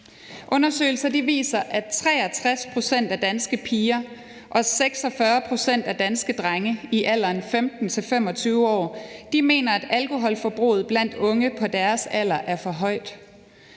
Undersøgelser viser, at 63 pct. af danske piger og 46 pct. af danske drenge i alderen 15-25 år mener, at alkoholforbruget blandt unge på deres alder er for højt.